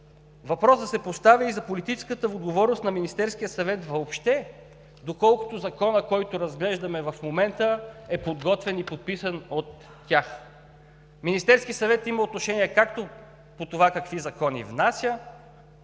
Въпросът се поставя и за политическата отговорност на Министерския съвет въобще, доколкото Законът, който разглеждаме в момента, е подготвян и подписан от тях. Министерският съвет има отношение както по това какви закони внася,